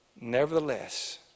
nevertheless